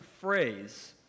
phrase